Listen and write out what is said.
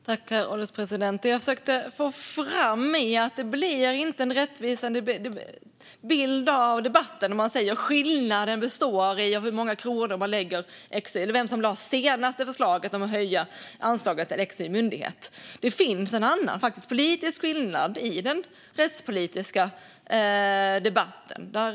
Herr ålderspresident! Det jag försökte få fram var att det inte blir en rättvisande bild av debatten om man talar om att skillnaden består i hur många kronor som läggs eller om vem som lade fram det senaste förslaget om att höja anslaget till en myndighet. Det finns en annan - politisk - skillnad i den rättspolitiska debatten.